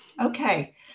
Okay